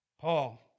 Paul